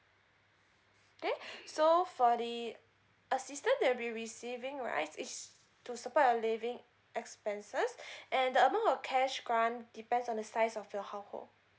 okay so for the assistant that'll be receiving right is to support your living expenses and the amount of cash grant depends on the size of your household